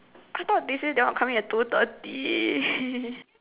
I thought they say they all come in at two thirty